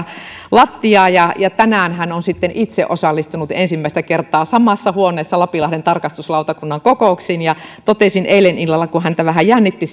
lattiaa ja ja tänään hän on sitten itse osallistunut ensimmäistä kertaa samassa huoneessa lapinlahden tarkastuslautakunnan kokouksiin totesin eilen illalla kun häntä vähän jännitti